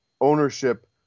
ownership